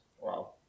Wow